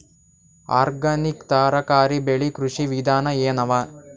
Organic ತರಕಾರಿ ಬೆಳಿ ಕೃಷಿ ವಿಧಾನ ಎನವ?